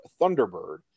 thunderbird